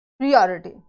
priority